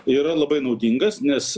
yra labai naudingas nes